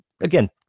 again